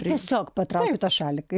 tiesiog patraukiu tą šaliką